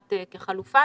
מוצעת כחלופה.